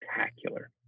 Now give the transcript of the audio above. spectacular